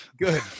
good